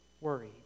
worried